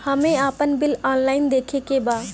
हमे आपन bill online देखे के बा?